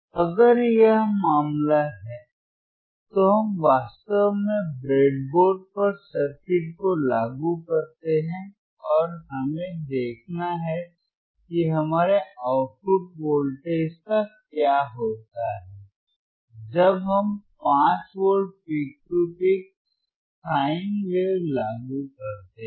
तो अगर यह मामला है तो हम वास्तव में ब्रेडबोर्ड पर सर्किट को लागू करते हैं और हमें देखना हैं कि हमारे आउटपुट वोल्टेज का क्या होता है जब हम 5 volt peak to peak sine wave लागू करते हैं